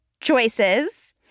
choices